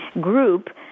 group